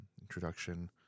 introduction